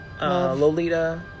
Lolita